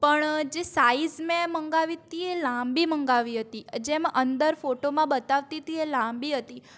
પણ જે સાઈઝ મેં મંગાવી હતી એ લાંબી મંગાવી હતી જેમ અંદર ફોટોમાં બતાવતી હતી એ લાંબી હતી